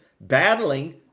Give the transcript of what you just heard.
battling